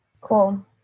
Cool